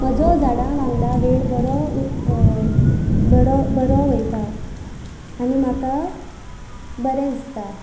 म्हजो झाडां वांगडा वेळ बरो उ बडो बरो वयता आनी म्हाका बरें दिसता